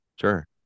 Sure